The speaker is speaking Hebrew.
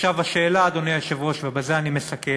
עכשיו, השאלה, אדוני היושב-ראש, ובזה אני מסכם,